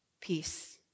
peace